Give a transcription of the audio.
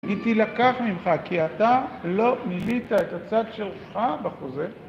היא תלקח ממך, כי אתה לא מילאת את הצד שלך בחוזה.